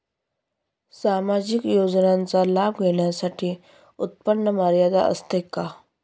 सामाजिक योजनांचा लाभ घेण्यासाठी उत्पन्न मर्यादा असते का?